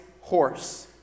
horse